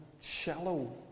shallow